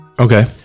Okay